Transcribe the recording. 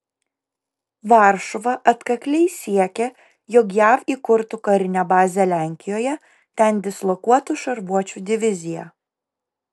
varšuva atkakliai siekia jog jav įkurtų karinę bazę lenkijoje ten dislokuotų šarvuočių diviziją